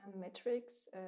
metrics